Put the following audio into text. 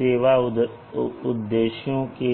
सेवा उद्देश्यों के लिए